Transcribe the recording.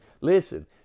listen